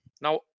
Now